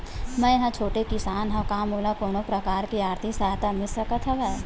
मै ह छोटे किसान हंव का मोला कोनो प्रकार के आर्थिक सहायता मिल सकत हवय?